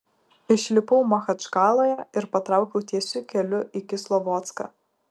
išlipau machačkaloje ir patraukiau tiesiu keliu į kislovodską